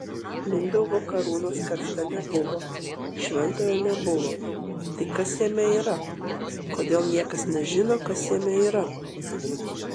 mindaugo karūnos karste nebuvo šventojo nebuvo tai kas jame yra kodėl niekas nežino kas jame yra